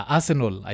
Arsenal